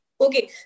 Okay